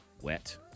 wet